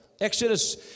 Exodus